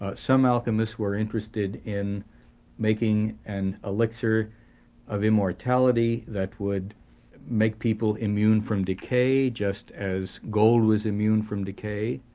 ah some alchemists were interested in making an elixir of immortality that would make people immune from decay, just as gold was immune from decay,